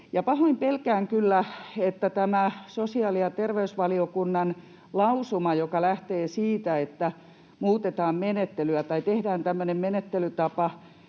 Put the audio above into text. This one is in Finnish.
pahoin pelkään kyllä tästä sosiaali- ja terveysvaliokunnan lausumasta, joka lähtee siitä, että muutetaan menettelyä tai tehdään tämmöinen menettelytapa,